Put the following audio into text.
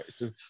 right